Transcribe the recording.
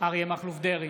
אריה מכלוף דרעי,